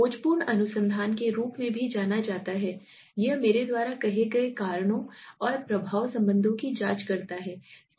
खोजपूर्ण अनुसंधान के रूप में भी जाना जाता है यह मेरे द्वारा कहे गए कारणों और प्रभाव संबंधों की जांच करता है